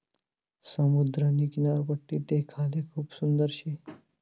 समुद्रनी किनारपट्टी देखाले खूप सुंदर शे